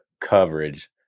coverage